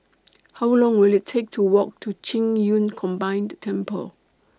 How Long Will IT Take to Walk to Qing Yun Combined Temple